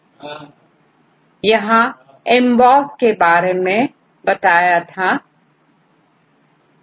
सही हमने यहांEMBOSS software के उपयोग के बारे में भी जाना